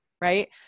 right